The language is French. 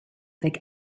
avec